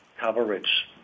coverage